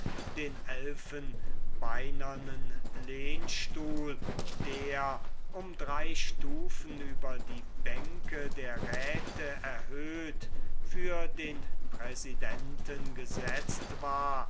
den elfenbeinernen lehnstuhl der um drei stufen über die bänke der räte erhöht für den präsidenten gesetzt war